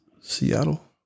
Seattle